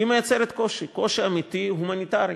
מייצרת קושי, קושי אמיתי, הומניטרי,